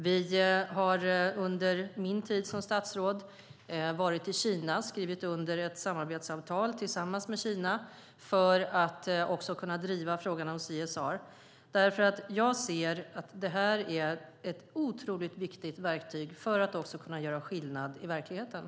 Vi har under min tid som statsråd varit i Kina och skrivit under ett samarbetsavtal med Kina för att kunna driva frågan om CSR. Jag ser att det här är ett otroligt viktigt verktyg för att kunna göra skillnad i verkligheten.